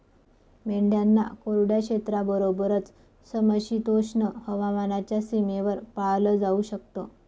मेंढ्यांना कोरड्या क्षेत्राबरोबरच, समशीतोष्ण हवामानाच्या सीमेवर पाळलं जाऊ शकत